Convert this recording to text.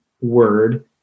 word